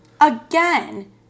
again